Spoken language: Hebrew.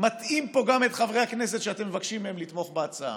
מטעים פה גם את חברי הכנסת שאתם מבקשים מהם לתמוך בהצעה.